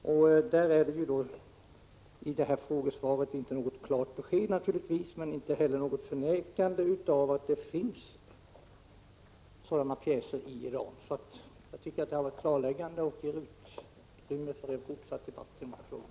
I svaret ges inte något klart besked, men det förnekas inte heller att det finns sådana pjäser i Iran. Jag tycker att svaret var klarläggande och att det ger utrymme för fortsatt debatt i den här frågan.